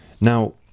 Now